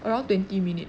around twenty minutes